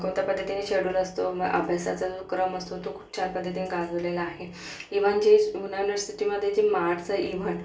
कोणत्या पद्धतीने शेड्यूल असतो मग अभ्यासाचा जो क्रम असतो तो खूप छान पद्धतीने राबविलेला आहे इवन जे पुणे युनव्हर्सिटीमधे जे मार्कस